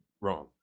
wrong